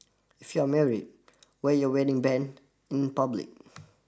if you're married wear your wedding band in public